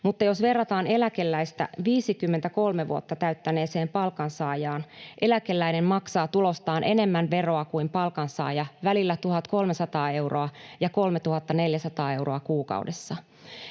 Mutta jos verrataan eläkeläistä 53 vuotta täyttäneeseen palkansaajaan, eläkeläinen maksaa tulostaan enemmän veroa kuin palkansaaja välillä 1 300 euroa — 3 400 euroa kuukaudessa.